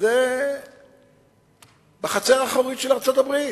זה בחצר האחורית של ארצות-הברית,